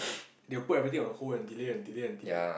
they will put everything on hold and delay and delay and delay